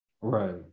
Right